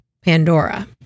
pandora